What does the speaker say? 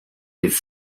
with